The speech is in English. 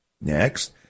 Next